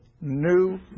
new